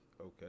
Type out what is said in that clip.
Okay